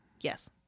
Yes